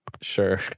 Sure